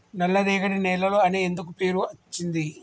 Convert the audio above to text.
నల్లరేగడి నేలలు అని ఎందుకు పేరు అచ్చింది?